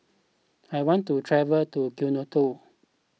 I want to travel to Quito